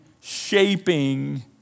shaping